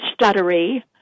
stuttery